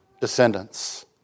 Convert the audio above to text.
descendants